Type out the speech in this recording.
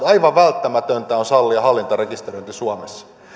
aivan välttämätöntä on sallia hallintarekisteröinti suomessa